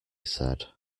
said